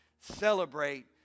celebrate